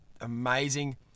amazing